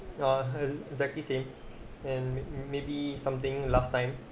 oh ugh exactly same and may maybe something last time